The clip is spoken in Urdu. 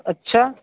اچھا